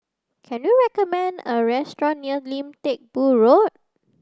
can you recommend a restaurant near Lim Teck Boo Road